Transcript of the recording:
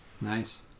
Nice